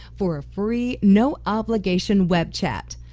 for a free, no obligation, web chat.